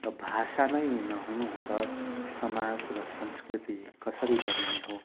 र भाषा नै नहुनु हो त समाज र संस्कृति कसरी बनिने हो